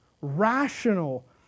rational